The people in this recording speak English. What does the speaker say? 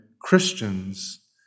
Christians